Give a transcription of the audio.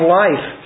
life